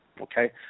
okay